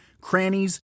crannies